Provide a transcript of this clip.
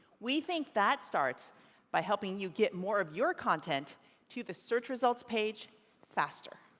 we think that starts by helping you get more of your content to the search results page faster.